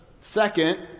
Second